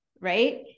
right